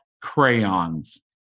crayons